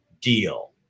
deal